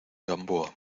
gamboa